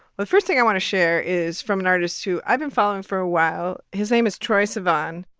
but first thing i want to share is from an artist who i've been following for a while. his name is troye sivan